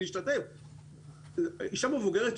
אישה מבוגרת,